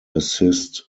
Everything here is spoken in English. assist